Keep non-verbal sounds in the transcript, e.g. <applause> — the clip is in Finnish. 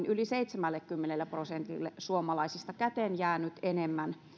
<unintelligible> yli seitsemällekymmenelle prosentille suomalaisista käteen jää nyt enemmän